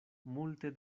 multe